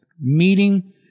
meeting